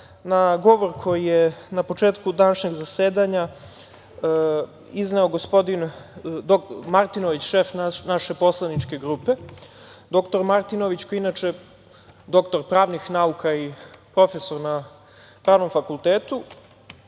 na govor koji je na početku današnjeg zasedanja izneo gospodin dr Martinović, šef naše poslaničke grupe. Doktor Martinović, koji je inače doktor pravnih nauka i profesor na Pravnom fakultetu,